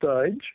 stage